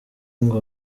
ngo